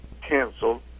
canceled